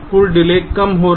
कुल डिले कम होगी